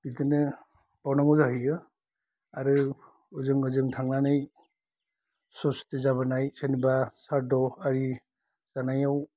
बिदिनो बावनांगौ जाहैयो आरो ओजों ओजों थांनानै सस्ति जाबोनाय जेनेबा सारादु आरि जानायाव